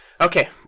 Okay